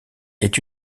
est